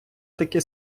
таки